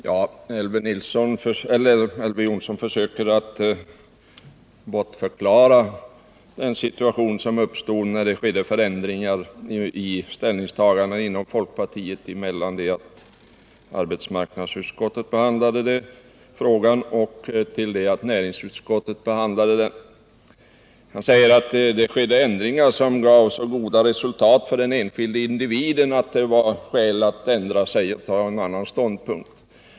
Herr talman! Elver Jonsson försöker bortförklara den situation som uppstod när det skedde förändringar i ställningstagandena inom folkpartiet från det att arbetsmarknadsutskottet behandlade frågan och till dess näringsutskottet behandlade det. Elver Jonsson säger att det var förändringar som gav så goda resultat för den enskilde individen, att det var skäl att inta en annan ståndpunkt.